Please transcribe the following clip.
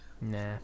Nah